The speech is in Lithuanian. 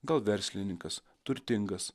gal verslininkas turtingas